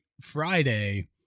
Friday